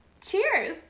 Cheers